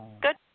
good